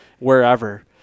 wherever